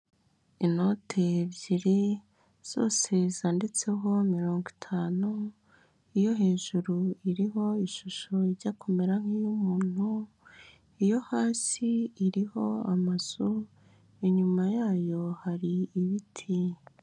Inote ebyiri zose zanditseho mirongo itanu, iyo hejuru iriho ishusho ijya kumera nk'iyumuntu, iyo hasi iriho amazu inyuma yayo hari ibiti.